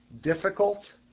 difficult